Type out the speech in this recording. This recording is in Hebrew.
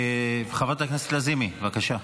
חברת הכנסת לזימי, בבקשה.